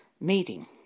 meeting